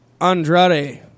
Andrade